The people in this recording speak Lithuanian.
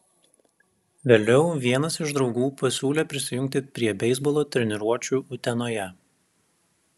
vėliau vienas iš draugų pasiūlė prisijungti prie beisbolo treniruočių utenoje